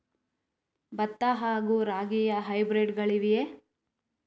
ಭತ್ತ ಹಾಗೂ ರಾಗಿಯ ಹೈಬ್ರಿಡ್ ಗಳಿವೆಯೇ?